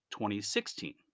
2016